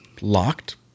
locked